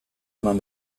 eman